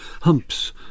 humps